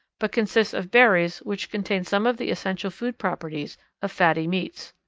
but consists of berries which contain some of the essential food properties of fatty meats.